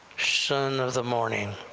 son of the morning!